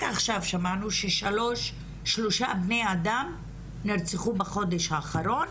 רק עכשיו שמענו ששלושה בני אדם נרצחו בחודש האחרון